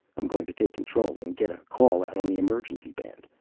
i'm going to take control and get a call out on the emergency band.